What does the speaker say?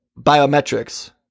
biometrics